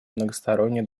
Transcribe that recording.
многостороннее